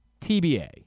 TBA